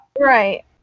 Right